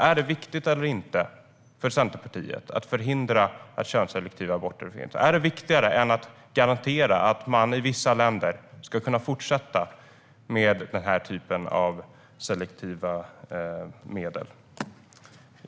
Är det viktigt eller inte för Centerpartiet att förhindra könsselektiva aborter? Är det viktigare än att garantera att man i vissa länder ska kunna fortsätta med den här typen av selektiva medel?